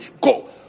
go